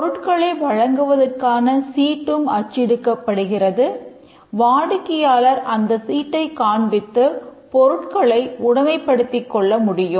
பொருட்களை வழங்குவதற்கான சீட்டும் அச்சிடப்படுகிறது வாடிக்கையாளர் அந்த சீட்டைக் காண்பித்து பொருட்களை உடைமைப்படுத்திக்கொள்ள முடியும்